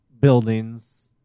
buildings